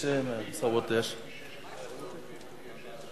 בבקשה, נא לרדת מהדוכן.